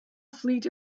fleet